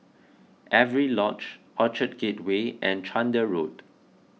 Avery Lodge Orchard Gateway and Chander Road